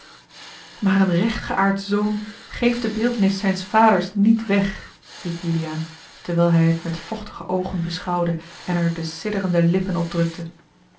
maar een rechtgeaard zoon geeft de beeltenis zijns vaders niet weg riep juliaan terwijl hij het met vochtige oogen beschouwde en er de sidderende lippen op drukte